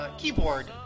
keyboard